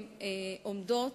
עומדים,